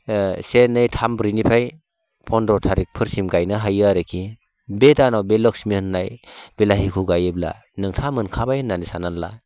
से नै थाम ब्रैनिफ्राय पन्द्र' तारिकफोरसिम गायनो हायो आरोकि बे दानाव बे लक्ष्मि होननाय बिलाहिखौ गायोब्ला नोंथाङा मोनखाबाय होननानै साननानै ला